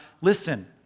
Listen